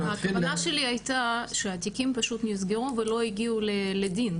הכוונה שלי הייתה שהתיקים פשוט נסגרו ולא הגיעו לדין,